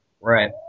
Right